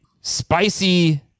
spicy